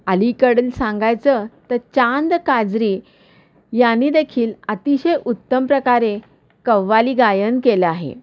अलीकडलं सांगायचं तर चांद कादरी याने देखील अतिशय उत्तम प्रकारे कव्वाली गायन केलं आहे